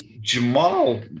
Jamal